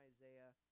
Isaiah